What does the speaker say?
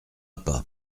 pas